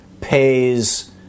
pays